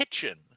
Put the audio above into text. kitchen